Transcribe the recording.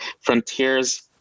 frontiers